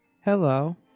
hello